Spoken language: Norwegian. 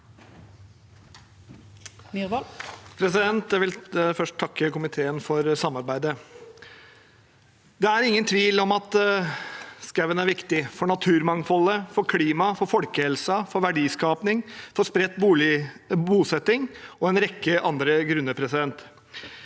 for saken): Jeg vil først takke komiteen for samarbeidet. Det er ingen tvil om at skogen er viktig, for naturmangfoldet, for klimaet, for folkehelsen, for verdiskaping, for spredt bosetning og av en rekke andre grunner. Skogen